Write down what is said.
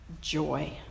joy